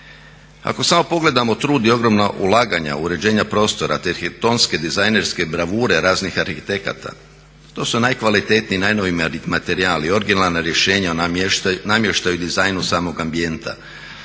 Ako samo pogledamo trud i ogromna ulaganja u uređenja prostora te arhitektonske, dizajnerske bravure raznih arhitekata to su najkvalitetniji i najnoviji materijali i originalna rješenja o namještaju, dizajnu samog ambijenta.